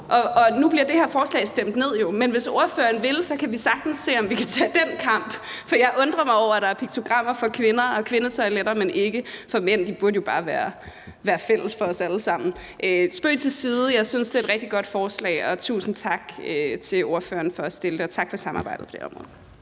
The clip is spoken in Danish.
mig. Nu bliver det her forslag jo stemt ned, men hvis ordføreren vil, kan vi sagtens se, om vi kan tage den kamp, for jeg undrer mig over, at der er piktogrammer for kvinder og kvindetoiletter, men ikke for mænd. De burde jo bare være fælles for os alle sammen. Spøg til side, jeg synes, det er et rigtig godt forslag, og tusind tak til ordføreren for at have fremsat det, og tak for samarbejdet på det område.